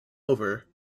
over